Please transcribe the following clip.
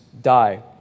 die